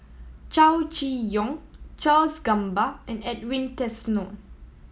Chow Chee Yong Charles Gamba and Edwin Tessensohn